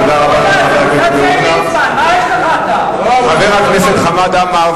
תודה רבה לך, חבר הכנסת מולה.